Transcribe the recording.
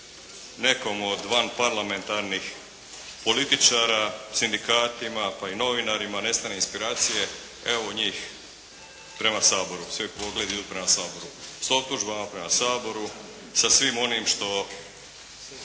nekom od van parlamentarnih političara, sindikatima pa i novinarima nestane inspiracije evo njih prema Saboru, svi pogledi idu prema Saboru s optužbama prema Saboru, sa svim onim što